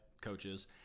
coaches